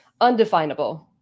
undefinable